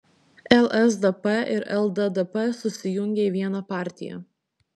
lsdp ir lddp susijungė į vieną partiją